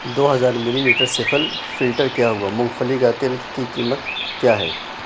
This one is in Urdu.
دو ہزار ملی لیٹر سفل فلٹر کیا ہوا مونگ پھلی کا تیل کی قیمت کیا ہے